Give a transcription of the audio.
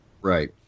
right